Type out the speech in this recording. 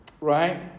right